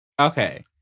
Okay